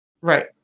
Right